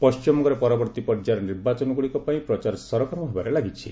ପଶ୍ଚିମବଙ୍ଗରେ ପରବର୍ତ୍ତୀ ପର୍ଯ୍ୟାୟର ନିର୍ବାଚନ ଗୁଡ଼ିକ ପାଇଁ ପ୍ରଚାର ସରଗରମ ହେବାରେ ଲାଗିଛି